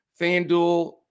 FanDuel